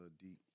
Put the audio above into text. Deep